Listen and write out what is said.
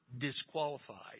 disqualified